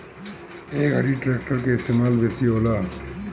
ए घरी ट्रेक्टर के इस्तेमाल बेसी होला